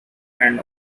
end